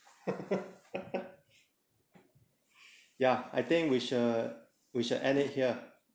ya I think we should we should end it here